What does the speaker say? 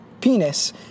penis